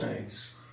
nice